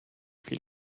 viel